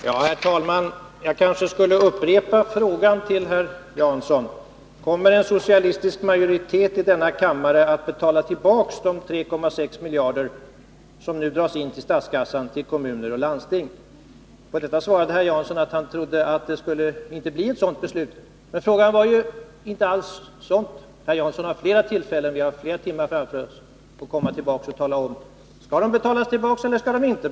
Herr talman! Jag kanske skulle upprepa frågan till herr Jansson: Kommer en socialistisk majoritet i denna kammare att till kommuner och landsting betala tillbaka de 3,6 miljarder som nu dras in till statskassan? På min fråga svarade herr Jansson att han inte trodde att det skulle bli ett sådant beslut. Frågan var inte alls den, men herr Jansson har flera tillfällen under den kommande debatten att komma tillbaka och redovisa om de skall betalas tillbaka eller inte.